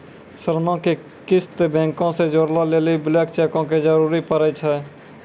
ऋणो के किस्त बैंको से जोड़ै लेली ब्लैंक चेको के जरूरत पड़ै छै